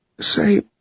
Say